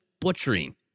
butchering